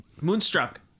Moonstruck